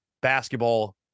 basketball